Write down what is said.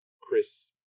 Chris